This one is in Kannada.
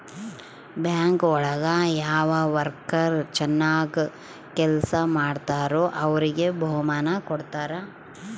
ಬ್ಯಾಂಕ್ ಒಳಗ ಯಾವ ವರ್ಕರ್ ಚನಾಗ್ ಕೆಲ್ಸ ಮಾಡ್ತಾರೋ ಅವ್ರಿಗೆ ಬಹುಮಾನ ಕೊಡ್ತಾರ